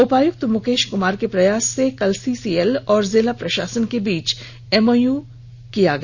उपायुक्त मुकेश कुमार के प्रयास से कल सीसीएल और जिला प्रशासन के बीच एमओयू हस्ताक्षरित किया गया